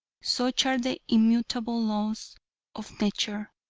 such are the immutable laws of nature.